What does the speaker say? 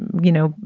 you know,